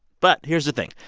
but here's the thing,